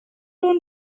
one